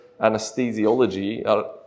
anesthesiology